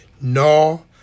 No